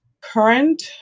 current